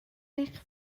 eich